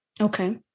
Okay